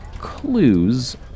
clues